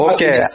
Okay